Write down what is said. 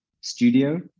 studio